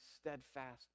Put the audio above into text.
steadfast